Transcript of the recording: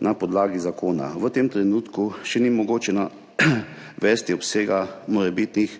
na podlagi zakona. V tem trenutku še ni mogoče navesti obsega morebitnih